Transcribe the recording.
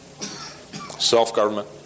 self-government